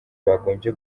bagombye